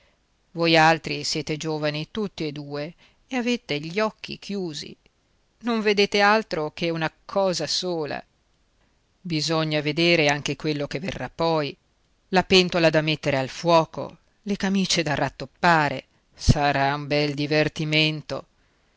vuole voialtri siete giovani tutti e due e avete gli occhi chiusi non vedete altro che una cosa sola bisogna vedere anche quello che verrà poi la pentola da mettere al fuoco le camice da rattoppare sarà un bel divertimento